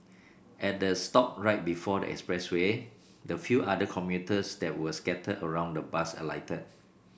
at the stop right before the expressway the few other commuters that were scattered around the bus alighted